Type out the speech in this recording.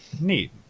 Neat